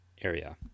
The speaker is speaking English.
area